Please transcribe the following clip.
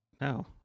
no